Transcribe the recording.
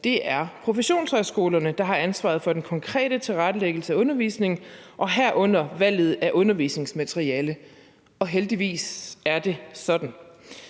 Det er professionshøjskolerne, der har ansvaret for den konkrete tilrettelæggelse af undervisningen, herunder valget af undervisningsmateriale – og heldigvis er det sådan.